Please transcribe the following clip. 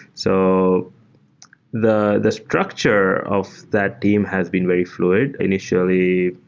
so the the structure of that team has been very fl uid. initially,